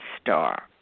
star